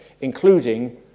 including